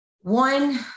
One